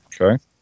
Okay